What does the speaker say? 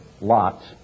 Lot's